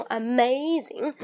amazing